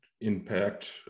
impact